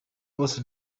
bose